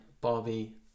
Barbie